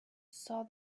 saw